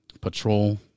patrol